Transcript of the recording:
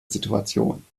situation